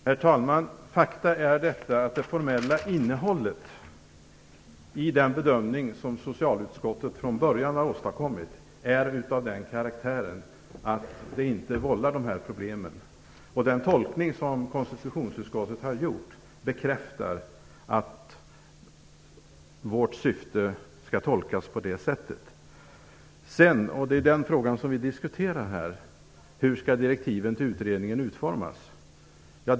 Herr talman! Fakta är detta att det formella innehållet i den bedömning som socialutskottet från början har åstadkommit är av den karaktären att det inte vållar de här problemen. Den tolkning som konstitutionsutskottet har gjort bekräftar att vårt syfte skall tolkas på det sättet. Sedan är frågan - och det är den frågan vi diskuterar här - hur direktiven till utredningen skall utformas.